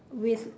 with